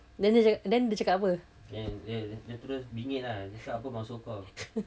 then dia cakap then dia cakap apa